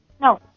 No